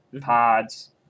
Pods